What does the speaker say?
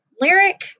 Lyric